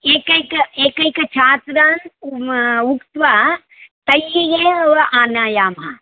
एकैकम् एकैकं छात्रान् उमा उक्त्वा तैः एव आनायामः